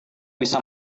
bisa